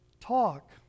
Talk